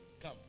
come